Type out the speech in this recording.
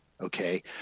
Okay